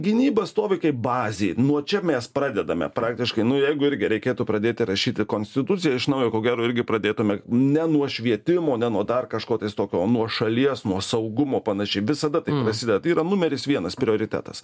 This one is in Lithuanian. gynyba stovi kaip bazė nuo čia mes pradedame praktiškai nu jeigu irgi reikėtų pradėti rašyti konstituciją iš naujo ko gero irgi pradėtume ne nuo švietimo ne nuo dar kažko tais tokio o nuo šalies nuo saugumo panašiai visada taip prasideda tai yra numeris vienas prioritetas